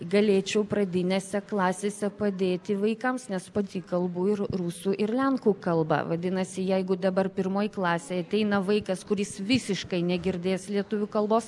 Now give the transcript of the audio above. galėčiau pradinėse klasėse padėti vaikams nes pati kalbu ir rusų ir lenkų kalba vadinasi jeigu dabar pirmoj klasėj ateina vaikas kuris visiškai negirdėjęs lietuvių kalbos